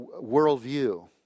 worldview